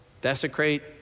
desecrate